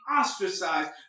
ostracized